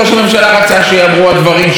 ראש הממשלה רצה שייאמרו הדברים,